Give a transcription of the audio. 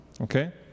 Okay